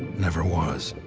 never was.